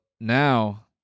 now